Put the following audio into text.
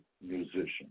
musician